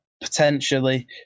potentially